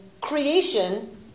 creation